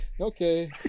Okay